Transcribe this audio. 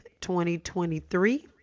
2023